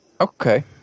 Okay